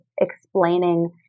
explaining